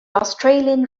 australian